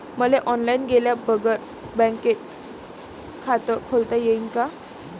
मले ऑनलाईन गेल्या बगर बँकेत खात खोलता येईन का?